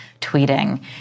tweeting